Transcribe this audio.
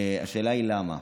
השאלה היא למה.